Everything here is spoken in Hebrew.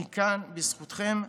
אני כאן בזכותכם.